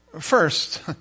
First